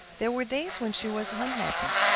there were days when she was unhappy,